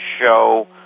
show